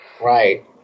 Right